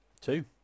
Two